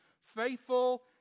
faithful